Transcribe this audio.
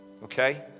Okay